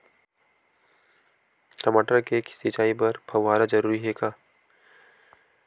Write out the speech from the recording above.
टमाटर के सिंचाई बर फव्वारा जरूरी हे का?